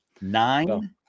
Nine